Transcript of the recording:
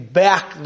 back